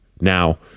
now